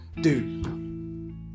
dude